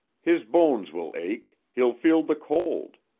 his bones will ache, he'll feel the cold,